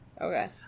Okay